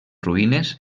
ruïnes